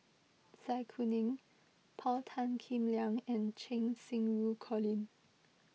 Zai Kuning Paul Tan Kim Liang and Cheng Xinru Colin